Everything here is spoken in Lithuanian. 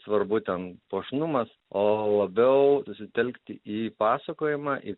svarbu ten puošnumas o labiau susitelkti į pasakojimą į